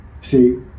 see